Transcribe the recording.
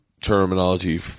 terminology